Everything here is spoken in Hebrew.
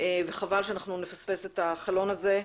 וחבל שנפספס את החלון הזה.